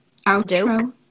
outro